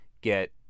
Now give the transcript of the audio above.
get